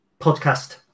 podcast